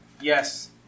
Yes